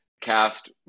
cast